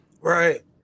right